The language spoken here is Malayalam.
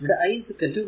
ഇവിടെ I 3 ആമ്പിയർ ആണ്